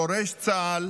פורש צה"ל